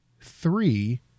three